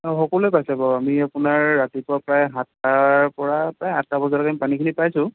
অ সকলোৱে পাইছে বাৰু আমি আপোনাৰ ৰাতিপুৱা প্ৰায় সাতটাৰ পৰা প্ৰায় আঠটা বজালৈকে আমি পানীখিনি পাইছোঁ